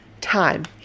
time